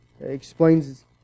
explains